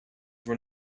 were